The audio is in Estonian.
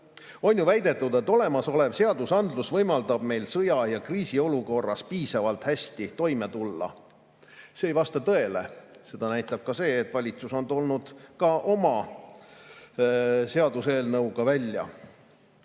On ju väidetud, et olemasolev seadusandlus võimaldab meil sõja- ja kriisiolukorras piisavalt hästi toime tulla. See ei vasta tõele. Seda näitab seegi, et valitsus on tulnud ka oma seaduseelnõuga välja.